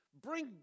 bring